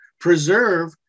preserve